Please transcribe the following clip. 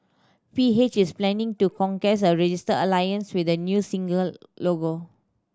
P H is planning to contest a registered alliance with the new single logo